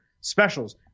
specials